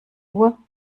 uhr